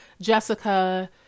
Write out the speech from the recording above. Jessica